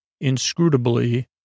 Inscrutably